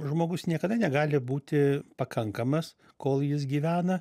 žmogus niekada negali būti pakankamas kol jis gyvena